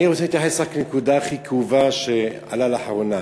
אני רוצה להתייחס רק לנקודה הכי כאובה שעלתה לאחרונה.